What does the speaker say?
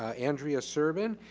ah andreea serban.